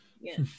Yes